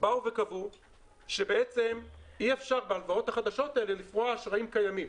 באו וקבעו שבעצם אי אפשר בהלוואות החדשות האלה לפרוע אשראים קיימים.